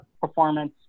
performance